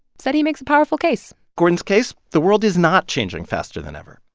said he makes a powerful case gordon's case the world is not changing faster than ever.